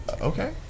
okay